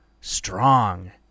Strong